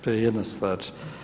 To je jedna stvar.